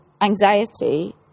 anxiety